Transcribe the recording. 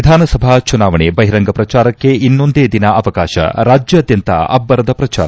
ವಿಧಾನಸಭಾ ಚುನಾವಣೆ ಬಹಿರಂಗ ಪ್ರಚಾರಕ್ಕೆ ಇನ್ನೊಂದೇ ದಿನ ಅವಕಾಶ ರಾಜ್ಯಾದ್ಯಂತ ಅಬ್ಬರದ ಪ್ರಚಾರ